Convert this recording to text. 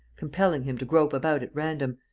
compelling him to grope about at random,